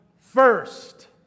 First